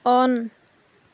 on